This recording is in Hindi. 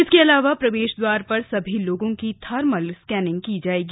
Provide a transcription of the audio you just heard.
इसके अलावा प्रवेश द्वार पर सभी लोगों की थर्मल स्कैनिंग की जायेगी